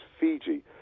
Fiji